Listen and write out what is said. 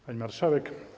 Pani Marszałek!